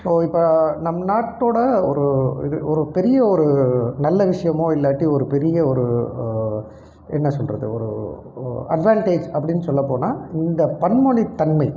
so இப்போ நம் நாட்டோடய ஒரு இது ஒரு பெரிய ஒரு நல்ல விஷயமோ இல்லாட்டி ஒரு பெரிய ஒரு என்ன சொல்கிறது ஒரு அட்வான்டேஜ் அப்படின் சொல்ல போனால் இந்த பன்மொழி தன்மை